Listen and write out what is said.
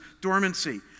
dormancy